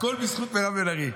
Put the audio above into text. הכול בזכות מירב בן ארי.